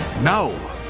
Now